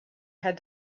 had